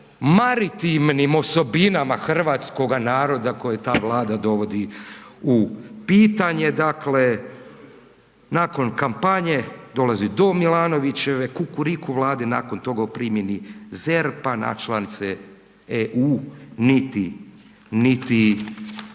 maritivnim osobinama hrvatskoga naroda koji ta vlada dovodi u pitanje dakle, nakon kampanje dolazi do Milanovićeve kukuriku vlade, nakon toga o primjeni ZERP-a na članice EU niti, niti